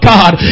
God